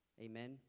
Amen